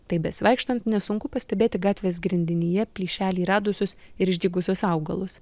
taip besivaikštant nesunku pastebėti gatvės grindinyje plyšelį radusius ir išdygusius augalus